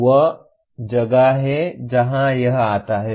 यह वह जगह है जहाँ यह आता है